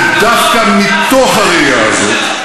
ודווקא מתוך הראייה הזאת,